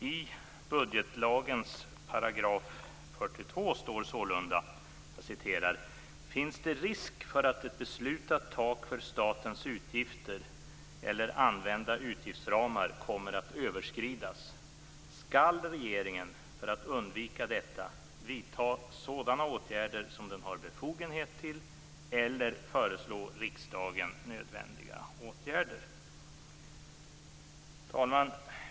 I budgetlagens § 42 står sålunda: "Finns det risk för att ett beslutat tak för statens utgifter eller använda utgiftsramar kommer att överskridas, skall regeringen för att undvika detta vidta sådana åtgärder som den har befogenhet till eller föreslå riksdagen nödvändiga åtgärder." Herr talman!